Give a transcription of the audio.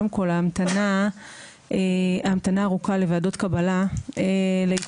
קודם כל ההמתנה הארוכה לוועדות קבלה לעיתים